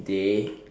day